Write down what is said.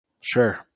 sure